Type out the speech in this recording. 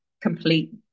complete